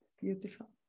beautiful